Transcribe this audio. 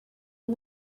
uyu